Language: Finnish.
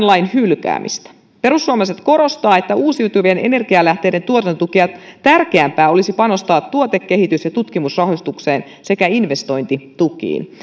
lain hylkäämistä perussuomalaiset korostavat että uusiutuvien energialähteiden tuotantotukea tärkeämpää olisi panostaa tuotekehitys ja tutkimusrahoitukseen sekä investointitukiin